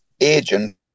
agent